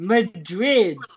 Madrid